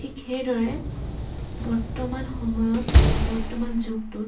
ঠিক সেইদৰে বৰ্তমান সময়ত বৰ্তমান যুগটোত